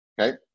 okay